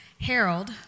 Harold